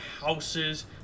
houses